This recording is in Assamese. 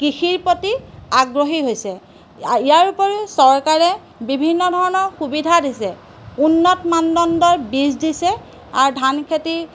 কৃষিৰ প্ৰতি আগ্ৰহী হৈছে ইয়াৰ উপৰিও চৰকাৰে বিভিন্ন ধৰণৰ সুবিধা দিছে উন্নত মানদণ্ডৰ বীজ দিছে আৰু ধান খেতি